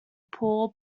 poor